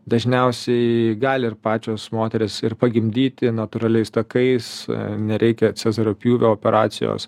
dažniausiai gali ir pačios moterys ir pagimdyti natūraliais takais nereikia cezario pjūvio operacijos